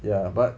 ya but